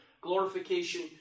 glorification